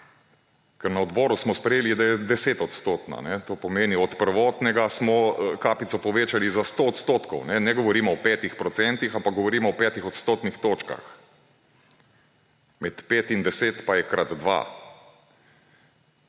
Ker na odboru smo sprejeli, da je 10-odstotna, to pomeni, od prvotnega smo kapico povečali za 100 odstotkov. Ne govorimo o 5 procentih, ampak govorimo o 5 odstotnih točkah, med 5 in 10 pa je krat dva.